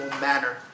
manner